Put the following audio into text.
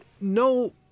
no